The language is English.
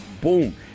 boom